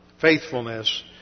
faithfulness